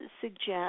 suggest